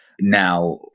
Now